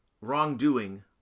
wrongdoing